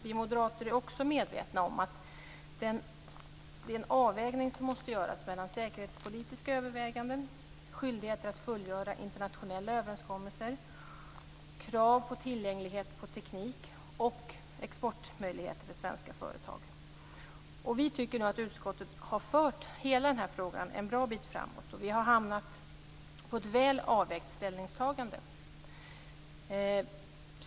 Vi moderater är också medvetna om att en avvägning måste göras mellan säkerhetspolitiska överväganden, skyldigheter att fullgöra internationella överenskommelser, krav på tillgänglighet för teknik och exportmöjligheter för svenska företag. Vi tycker att utskottet har fört hela frågan en bra bit framåt. Vi har hamnat på ett väl avvägt ställningstagande.